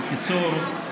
בקיצור,